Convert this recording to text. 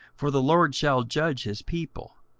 for the lord shall judge his people,